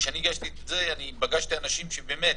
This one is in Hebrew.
כשאני הגשתי את זה, אני פגשתי אנשים שבאמת,